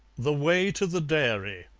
the way to the dairy